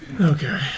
Okay